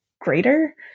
greater